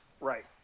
Right